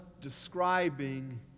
describing